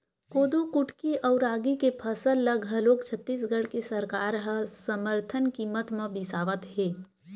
कोदो कुटकी अउ रागी के फसल ल घलोक छत्तीसगढ़ के सरकार ह समरथन कीमत म बिसावत हे